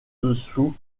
dessous